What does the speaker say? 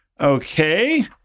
Okay